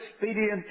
expedient